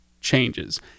changes